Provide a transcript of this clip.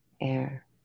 air